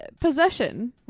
Possession